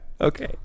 Okay